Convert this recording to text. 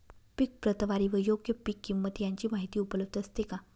पीक प्रतवारी व योग्य पीक किंमत यांची माहिती उपलब्ध असते का?